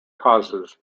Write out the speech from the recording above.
causes